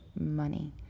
money